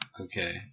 Okay